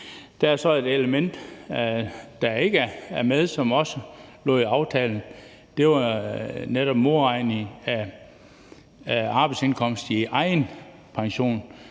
Der er så et element, der ikke er med, som også lå i aftalen. Det var netop modregning af arbejdsindkomst i egen pension,